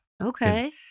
okay